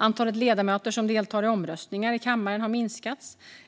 Antalet ledamöter som deltar vid omröstningar i kammaren har minskat.